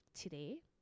today